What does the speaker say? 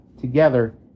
together